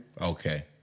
okay